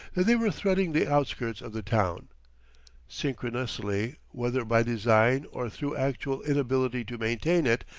that they were threading the outskirts of the town synchronously, whether by design or through actual inability to maintain it,